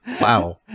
Wow